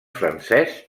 francès